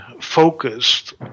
focused